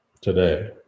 today